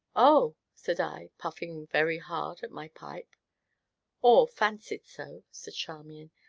oh! said i, puffing very hard at my pipe or fancied so, said charmian.